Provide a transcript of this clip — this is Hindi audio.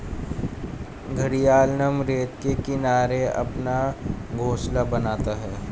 घड़ियाल नम रेत के किनारे अपना घोंसला बनाता है